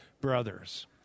brothers